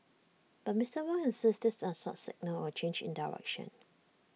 but Mister Wong insists this does not signal A change in direction